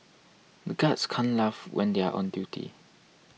the guards can't laugh when they are on duty